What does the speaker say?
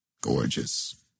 gorgeous